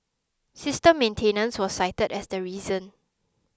system maintenance was cited as the reason